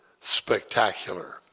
spectacular